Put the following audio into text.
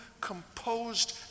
composed